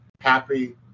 happy